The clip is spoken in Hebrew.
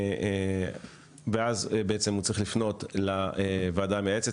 הוא צריך לפנות לוועדה המייעצת,